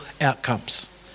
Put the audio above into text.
outcomes